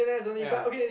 ya